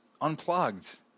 unplugged